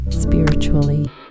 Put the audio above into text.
spiritually